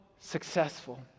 successful